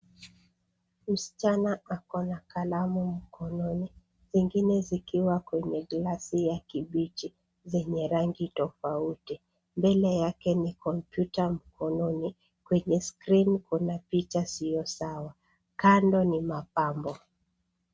Msichana ako na kalamu mkononi, zingine zikiwa kwenye gilasi ya kibichi zenye rangi tofauti. Mbele yake ni kompyuta mkononi. Kwenye skrini kuna picha sio sawa. Kando ni mapambo.